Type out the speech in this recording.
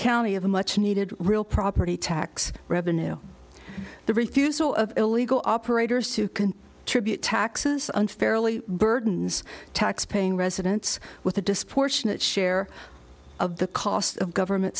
county of the much needed real property tax revenue the refusal of illegal operators to can attribute taxes unfairly burdens taxpaying residents with a disproportionate share of the cost of government